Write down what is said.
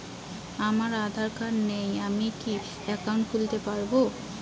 আমার আধার কার্ড নেই আমি কি একাউন্ট খুলতে পারব?